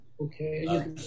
Okay